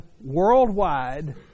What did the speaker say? worldwide